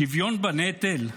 שוויון בנטל?